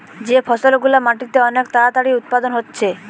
যে ফসল গুলা মাটিতে অনেক তাড়াতাড়ি উৎপাদন হচ্ছে